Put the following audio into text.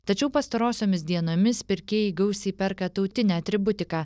tačiau pastarosiomis dienomis pirkėjai gausiai perka tautinę atributiką